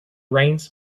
rains